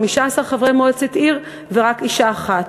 15 חברי מועצת עיר ורק אישה אחת.